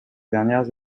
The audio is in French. dernières